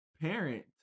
parent